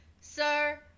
sir